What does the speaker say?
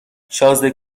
شازده